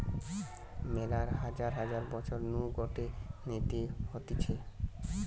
মেলা হাজার হাজার বছর নু গটে নীতি হতিছে